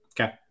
Okay